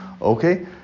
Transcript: Okay